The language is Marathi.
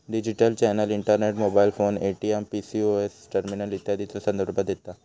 digital channel internet, mobile phone, ATM, POS terminal इत्यादीचो संदर्भ देता